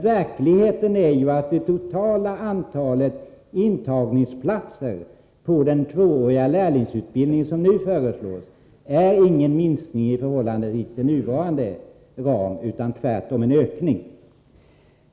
Verkligheten är emellertid den att det totala antalet intagningsplatser till den tvååriga lärlingsutbildning som nu föreslås inte innebär någon minskning i förhållande till nuvarande ram utan tvärtom en ökning.